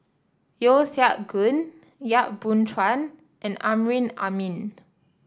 Yeo Siak Goon Yap Boon Chuan and Amrin Amin